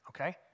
Okay